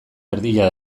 erdia